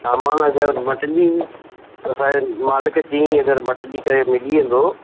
सामानु अगरि मटिजी असांखे मालिक चईं अगरि मटिजी करे मिली वेंदुव